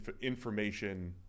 information